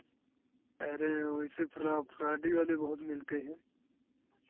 अरे वैसे फ्रा फ्रॉडी वाले बहुत मिलते हैं